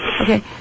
Okay